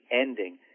ending